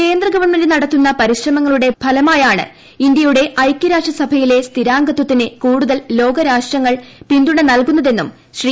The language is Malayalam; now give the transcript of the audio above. കേന്ദ്ര ഗവൺമെന്റ് നടത്തുന്ന പരിശ്രമങ്ങളുടെ ഫലമായാണ് ഇന്ത്യയുടെ ഐക്യരാഷ്ട്ര സഭയിലെ സ്ഥിരാംഗത്വത്തിന് കൂടുതൽ ലോകരാഷ്ട്രങ്ങൾ പിന്തുണ നൽകുന്നതെന്നും ശ്രീ